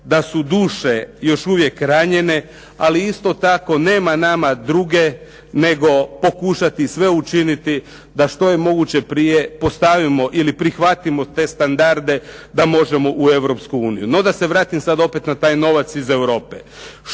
da su duše još uvijek ranjene, ali isto tako nema nama druge nego pokušati sve učiniti da što je moguće prije postavimo ili prihvatimo te standarde da možemo u Europsku uniju. No da se vratim sad opet na taj novac iz Europe.